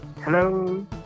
Hello